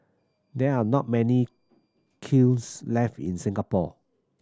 there are not many kilns left in Singapore